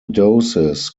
doses